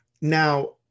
Now